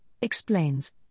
explains